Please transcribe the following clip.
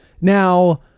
Now